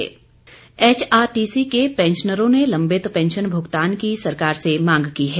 pensioner HRTC के पैंशनरों ने लंबित पैंशन भुगतान की सरकार से मांग की है